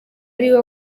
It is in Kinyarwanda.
ariwe